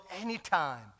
anytime